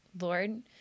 Lord